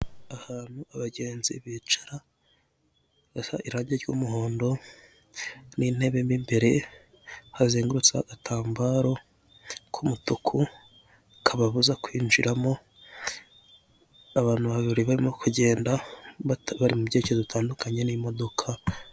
Ahantu abagenzi bicara gasa irange ry'umuhondo n'intebe, mo imbere hazengurutse akambaro k'umutuku, kababuza kwinjiramo, abantu babiri barimo kugenda bari mu byerekezo bitandukanye n'imodoka.